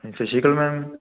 ਸਤਿ ਸ਼੍ਰੀ ਅਕਾਲ ਮੈਮ